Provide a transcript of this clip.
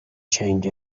change